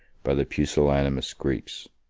by the pusillanimous greeks.